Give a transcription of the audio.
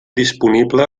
disponible